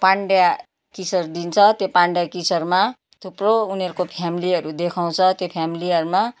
पान्ड्या किशोर दिन्छ त्यो पान्ड्या किशोरमा थुप्रो उनीहरूको फ्यामिलीहरू देखाउँछ त्यो फ्यामिलीहरूमा